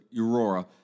Aurora